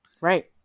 Right